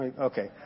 Okay